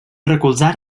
recolzar